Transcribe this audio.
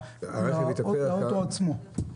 לאוטו עצמו.